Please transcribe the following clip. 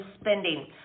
spending